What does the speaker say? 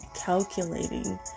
calculating